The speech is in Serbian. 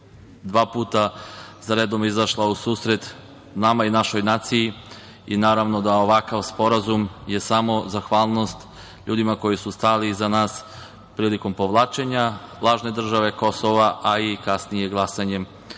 dva puta zaredom izašla u susret, nama i našoj naciji, i naravno da je ovakav sporazum zahvalnost ljudima koji su stali iza nas prilikom povlačenja lažne države Kosova, a i kasnije glasanjem